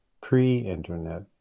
Pre-internet